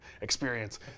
experience